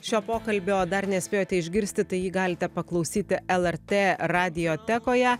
šio pokalbio dar nespėjote išgirsti tai jį galite paklausyti lrt radiotekoje